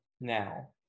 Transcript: now